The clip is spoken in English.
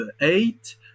eight